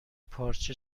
پارچه